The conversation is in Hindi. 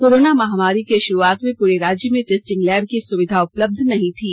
कोरोना महामारी के शुरुआत में पूरे राज्य में टेस्टिंग लैब की सुविधा उपलब्ध नहीं थी